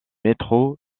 métro